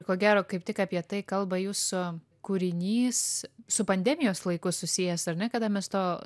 ko gero kaip tik apie tai kalba jūsų kūrinys su pandemijos laiku susijęs ar ne kada mes to